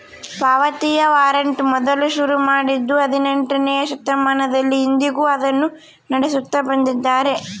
ಪಾವತಿಯ ವಾರಂಟ್ ಮೊದಲು ಶುರು ಮಾಡಿದ್ದೂ ಹದಿನೆಂಟನೆಯ ಶತಮಾನದಲ್ಲಿ, ಇಂದಿಗೂ ಅದನ್ನು ನಡೆಸುತ್ತ ಬಂದಿದ್ದಾರೆ